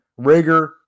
Rager –